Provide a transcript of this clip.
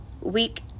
week